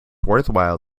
worthwhile